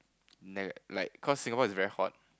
neg~ like cause Singapore is very hot